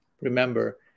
remember